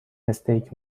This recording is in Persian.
استیک